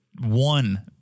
one